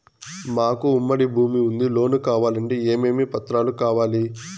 మాకు ఉమ్మడి భూమి ఉంది లోను కావాలంటే ఏమేమి పత్రాలు కావాలి?